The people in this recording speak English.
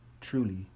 truly